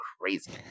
crazy